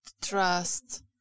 trust